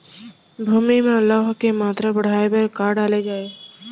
भूमि मा लौह के मात्रा बढ़ाये बर का डाले जाये?